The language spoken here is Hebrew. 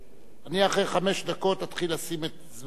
אני אחרי חמש דקות אתחיל לשים את דעתי,